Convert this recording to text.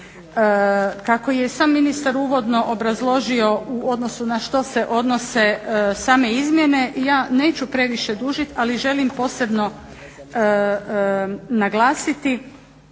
Kako je sam ministar uvodno obrazložio u odnosu na što se odnose same izmjene ja neću previše dužiti, ali želim posebno naglasiti